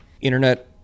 internet